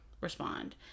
respond